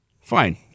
fine